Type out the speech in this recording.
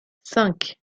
cinq